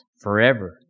forever